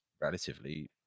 relatively